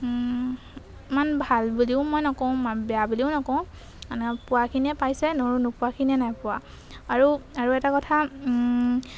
ইমান ভাল বুলিও মই নকওঁ বেয়া বুলিও নকওঁ মানে পুৱাখিনিয়ে পাইছে নৰো নোপোৱাখিনিয়ে নাই পোৱা আৰু আৰু এটা কথা